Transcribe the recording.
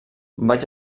vaig